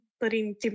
putting